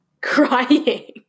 crying